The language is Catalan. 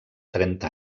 trenta